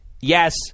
yes